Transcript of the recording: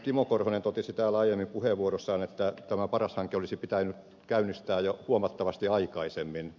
timo korhonen totesi täällä aiemmin puheenvuorossaan että tämä paras hanke olisi pitänyt käynnistää jo huomattavasti aikaisemmin